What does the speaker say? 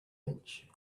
bench